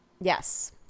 Yes